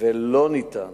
ולא ניתן